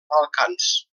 balcans